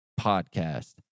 podcast